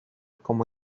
como